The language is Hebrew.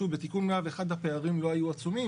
שוב בתיקון 101 הפערים לא היו עצומים.